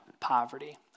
poverty